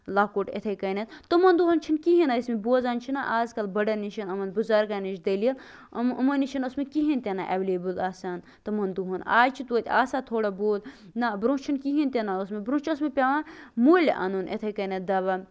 لۄکُٹ یِتھٕے کَنیتھ تِمَن دۄہَن چھِنہٕ کِہینۍ أسۍ بوزان چھِ نا آز کَل بٔڑَن نِش یِمَن بُزرگَن نِش دٔلیل یِم یِمَن نِش چھِنہٕ اوسمُت کِہینۍ تہِ نہٕ ایویلیبٔل آسان تِمَن دۄہَن آز چھِ تویتہِ آسان تھوڑا بہت نہ برونہہ چھُنہٕ کِہینۍ تہِ نہٕ اوسمُت برونہہ چھُ اوسمُت پیوان مٔلۍ اَنُن یِتھٕے کٔنیتھ دوا